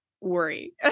worry